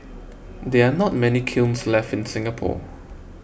there not many kilns left in Singapore